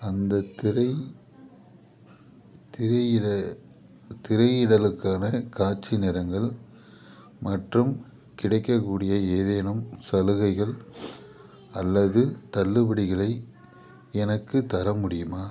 அந்தத் திரை திரையிட திரையிடலுக்கான காட்சி நேரங்கள் மற்றும் கிடைக்கக்கூடிய ஏதேனும் சலுகைகள் அல்லது தள்ளுபடிகளை எனக்குத் தர முடியுமா